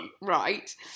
right